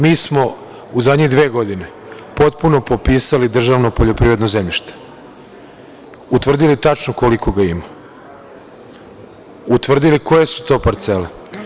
Mi smo u zadnje dve godine potpuno popisali državno poljoprivredno zemljište, utvrdili tačno koliko ga ima, utvrdili koje su to parcele.